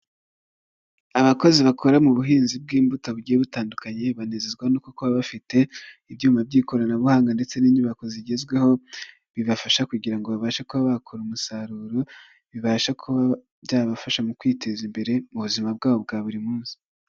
Abakozi bakora mu buhinzi bw'imbuto bugiye butandukanye banezezwa no kuba bafite ibyuma by'ikoranabuhanga ndetse n'inyubako zigezweho bibafasha kugira ngo babashe kuba bakora umusaruro bibasha kuba byabafasha mu kwiteza imbere mu buzima bwabo bwa buri munsi.